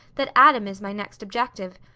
that adam is my next objective.